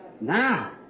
Now